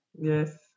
Yes